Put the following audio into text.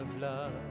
love